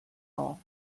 all